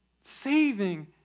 saving